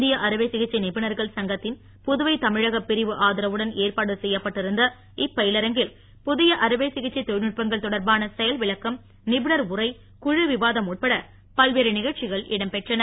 இந்திய அறுவை சிகிச்சை நிபுணர்கள் புதுவை தமிழக பிரிவு ஆதரவுடன் ஏற்பாடு செய்யப்பட்டு இருந்த சங்கத்தின் இப்பயிலரங்கில் புதிய அறுவை சிகிச்சை தொழில்நுட்பங்கள் தொடர்பான செயல் விளக்கம் நிபுணர் உரை குழு விவாதம் உட்பட பல்வேறு நிகழ்ச்சிகள் இடம்பெற்றன